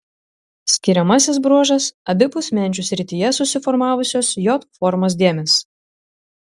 skiriamasis bruožas abipus menčių srityje susiformavusios j formos dėmės